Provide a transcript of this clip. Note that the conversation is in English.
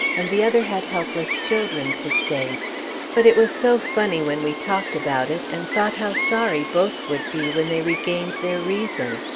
and the other had helpless children to save but it was so funny when we talked about it, and thought how sorry both would be when they regained their reason!